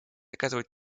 оказывать